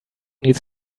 needs